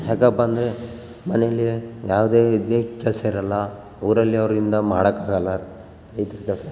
ಯಾಕಪ್ಪ ಅಂದರೆ ಮನೇಲಿ ಯಾವುದೇ ರೀತಿ ಕೆಲಸ ಇರೋಲ್ಲ ಊರಲ್ಲಿ ಅವರಿಂದ ಮಾಡೋಕಾಗಲ್ಲ ರೈತರು ಕೆಲಸ